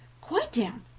quite down,